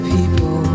People